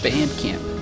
Bandcamp